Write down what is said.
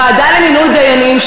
שבוועדה למינוי דיינים,